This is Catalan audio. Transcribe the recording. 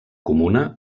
comuna